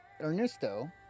Ernesto